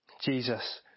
Jesus